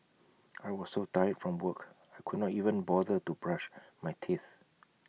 I was so tired from work I could not even bother to brush my teeth